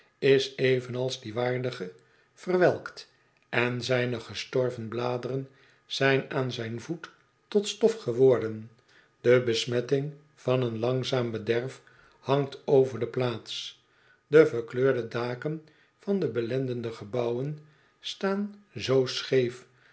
is evenals die waardigen verwelkt en zijne gestorven bladeren zijn aan zijn voet tot stof geworden de besmetting van een langzaam bederf hangt over de plaats de verkleurde daken van de belendende gebouwen staan zoo scheef